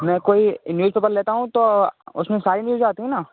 मैं कोई न्यूजपेपर लेता हूँ तो उसमें सारी न्यूज आती है ना